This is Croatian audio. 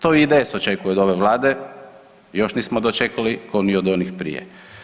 To IDS očekuje od ove Vlade, još nismo dočekali kao ni od onih prije.